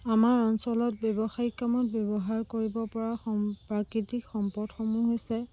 আমাৰ অঞ্চলত ব্যৱসায়িক কামত ব্যৱহাৰ কৰিব পৰা সম প্ৰাকৃতিক সম্পদসমূহ হৈছে